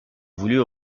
voulut